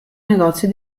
negozio